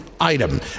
item